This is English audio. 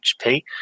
hp